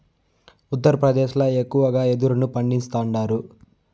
ఉత్తరప్రదేశ్ ల ఎక్కువగా యెదురును పండిస్తాండారు